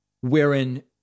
wherein